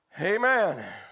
Amen